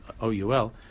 O-U-L